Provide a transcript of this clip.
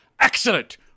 Excellent